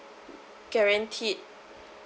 guaranteed